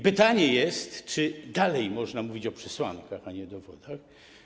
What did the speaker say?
Pytanie, czy dalej można mówić o przesłankach, a nie o dowodach.